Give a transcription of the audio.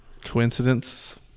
Coincidence